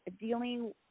dealing